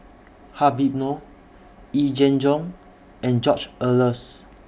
Habib Noh Yee Jenn Jong and George Oehlers